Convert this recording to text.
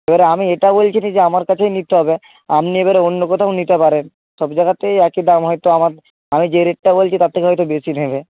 এবারে আমি এটা বলছি না যে আমার কাছেই নিতে হবে আপনি এবারে অন্য কোথাও নিতে পারেন সব জায়গাতেই একই দাম হয়তো আমার আমি যে রেটটা বলছি তার থেকে হয়তো বেশি নেবে